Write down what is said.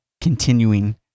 continuing